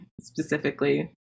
specifically